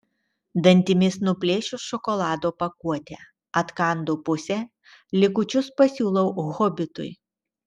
dantimis nuplėšiu šokolado pakuotę atkandu pusę likučius pasiūlau hobitui